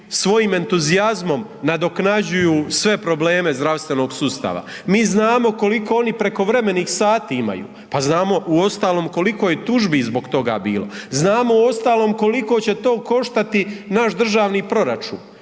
svojim entuzijazmom nadoknađuju sve probleme zdravstvenog sustava, mi znamo koliko oni prekovremenih sati imaju, pa znamo uostalom koliko je tužbi zbog toga bilo, znamo uostalom koliko će to koštati naš državni proračun